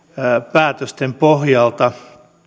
päätösten pohjalta